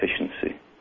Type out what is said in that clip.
efficiency